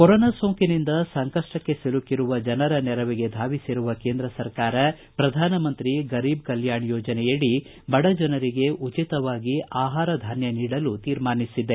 corona ಸೋಂಕಿನಿಂದ ಸಂಕಷ್ಟಕ್ಕೆ ಸಿಲುಕಿರುವ ಜನರ ನೆರವಿಗೆ ಧಾವಿಸಿರುವ ಕೇಂದ್ರ ಸರ್ಕಾರ ಪ್ರಧಾನಮಂತ್ರಿ ಗರೀಬ್ ಕಲ್ತಾಣ ಯೋಜನೆಯಡಿ ಬಡ ಜನರಿಗೆ ಉಚಿತವಾಗಿ ಆಹಾರ ಧಾನ್ತ ನೀಡಲು ತೀರ್ಮಾನಿಸಿದೆ